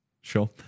Sure